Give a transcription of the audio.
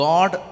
God